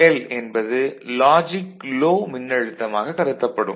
VOL என்பது logic low மின்னழுத்தமாக கருதப்படும்